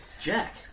Jack